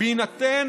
בהינתן